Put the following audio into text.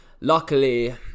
luckily